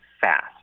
FAST